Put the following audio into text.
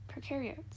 prokaryotes